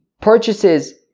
purchases